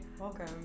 Welcome